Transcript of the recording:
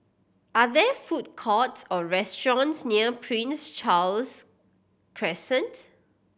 are there food courts or restaurants near Prince Charles Crescent